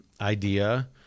idea